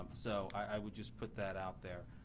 so i will just put that out there.